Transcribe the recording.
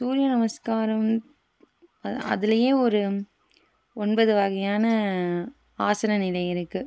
சூரிய நமஸ்காரம் அதுலேயே ஒரு ஒன்பது வகையான ஆசன நிலை இருக்குது